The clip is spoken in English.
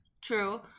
true